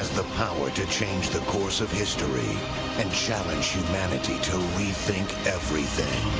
the power to change the course of history and challenge humanity to rethink everything.